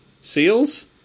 Seals